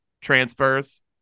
transfers